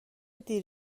دیر